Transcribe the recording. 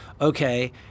okay